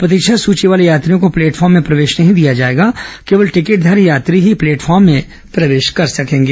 प्रतीक्षा सूची वाले यात्रियों को प्लेटफॉर्म में प्रवेश नहीं दिया जाएगा केवल टिकटधारी यात्री ही प्लेटफॉर्म में प्रवेश कर सकेंगे